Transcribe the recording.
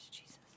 Jesus